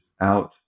out